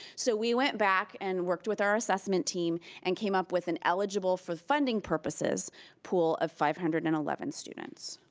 so we went back and worked with our assessment team and came up with an eligible for funding purposes pool of five hundred and eleven students.